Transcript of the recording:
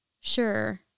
sure